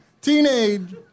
teenage